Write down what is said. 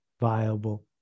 viable